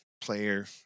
Player